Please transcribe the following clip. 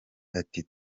ati